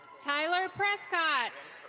tyler prescott.